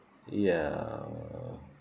ya